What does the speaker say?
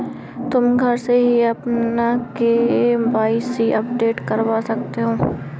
तुम घर से ही अपना के.वाई.सी अपडेट करवा सकते हो